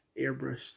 airbrushed